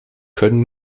können